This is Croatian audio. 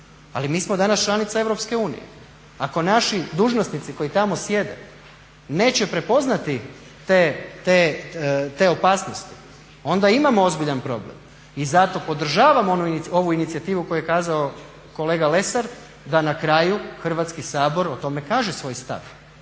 ali mi smo danas članica EU. Ako naši dužnosnici koji tamo sjede neće prepoznati te opasnosti onda imamo ozbiljan problem. I zato podržavam ovu inicijativu koju je kazao kolega Lesar da na kraju Hrvatski sabor o tome kaže svoj stav